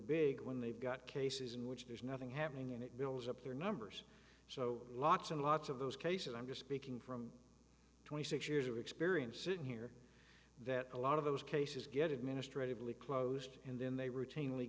big when they've got cases in which there's nothing happening and it builds up their numbers so lots and lots of those cases i'm just speaking from twenty six years of experience in here that a lot of those cases get administratively closed and then they routinely